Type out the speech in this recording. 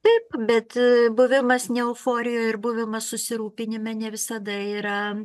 taip bet buvimas ne euforijoj ir buvimas susirūpinime ne visada yra